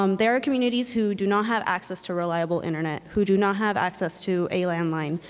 um there are communities who do not have access to reliable internet, who do not have access to a landline,